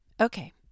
Okay